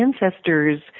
ancestors